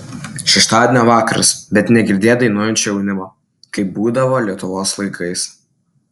šeštadienio vakaras bet negirdėt dainuojančio jaunimo kaip būdavo lietuvos laikais